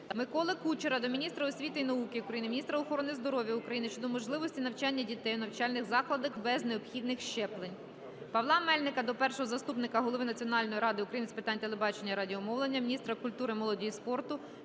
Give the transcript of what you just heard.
Миколи Кучера до міністра освіти і науки України, міністра охорони здоров'я України щодо можливості навчання дітей у навчальних закладах без необхідних щеплень. Павла Мельника до першого заступника голови Національної ради України з питань телебачення і радіомовлення, міністра культури, молоді і спорту